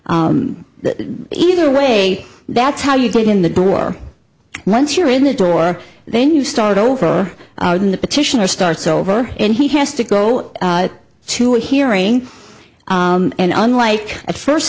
either way that's how you get in the door once you're in the door then you start over in the petitioner starts over and he has to go to a hearing and unlike at first